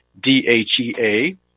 DHEA